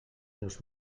dos